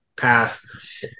Pass